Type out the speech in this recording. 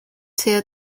tier